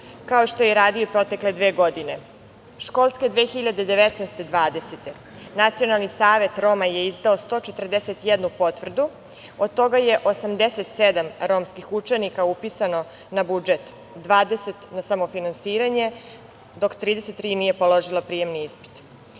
kao što je radio i protekle dve godine. Školske 2019/2020 Nacionalni savet Roma je izdao 141 potvrdu, od toga je 87 romskih učenika upisano na budžet, 20 na samofinansiranje, dok 33 nije položilo prijemni ispit.Za